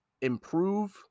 improve